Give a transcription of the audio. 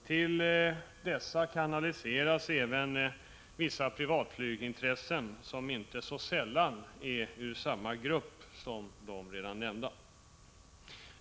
Till dessa kanaliseras även vissa privatflygintressen, som inte så sällan härrör ur samma grupp som de redan nämnda.